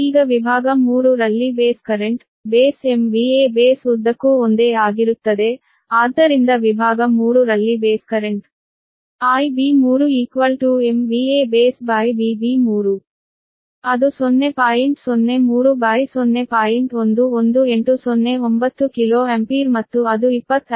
ಈಗ ವಿಭಾಗ 3 ರಲ್ಲಿ base current base MVA base ಉದ್ದಕ್ಕೂ ಒಂದೇ ಆಗಿರುತ್ತದೆ ಆದ್ದರಿಂದ ವಿಭಾಗ 3 ರಲ್ಲಿ ಬೇಸ್ ಕರೆಂಟ್ IB3 ಅದು kilo ampere ಮತ್ತು ಅದು 25